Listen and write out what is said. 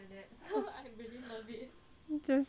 jessie fuck you